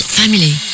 family